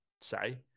say